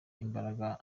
imbaraga